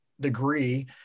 degree